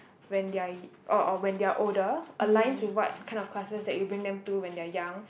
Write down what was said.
when they are u~ or or when they are older aligns with what kind of classes that you bring them to when they are young